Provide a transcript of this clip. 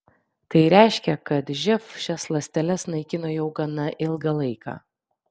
tai reiškia kad živ šias ląsteles naikino jau gana ilgą laiką